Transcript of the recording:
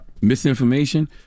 misinformation